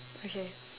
okay